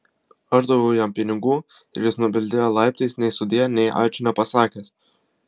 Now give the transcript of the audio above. aš daviau jam pinigų ir jis nubildėjo laiptais nei sudie nei ačiū nepasakęs